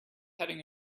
heading